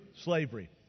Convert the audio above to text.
slavery